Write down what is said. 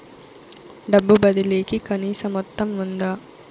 డబ్బు బదిలీ కి కనీస మొత్తం ఉందా?